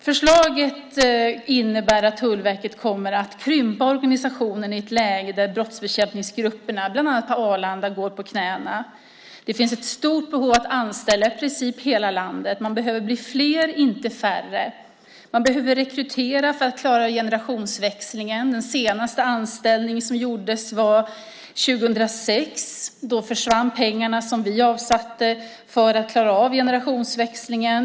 Förslaget innebär att Tullverket kommer att krympa organisationen i ett läge där brottsbekämpningsgrupperna, bland annat på Arlanda, går på knäna. Det finns ett stort behov av att anställa i princip i hela landet. Man behöver bli fler, inte färre. Man behöver rekrytera för att klara generationsväxlingen. Den senaste anställningen gjordes 2006. Då försvann pengarna som vi avsatt för att klara av generationsväxlingen.